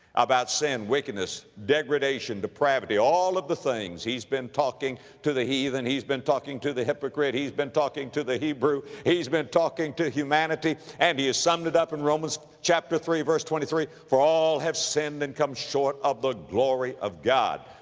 about sin, wickedness, degradation, depravity, all of the things. he's been talking to the heathen, he's been talking to the hypocrite, he's been talking to the hebrew, he's been talking to humanity, and he has summed it up in romans chapter three verse twenty three, for all have sinned and come short of the glory of god.